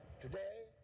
Today